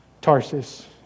Tarsus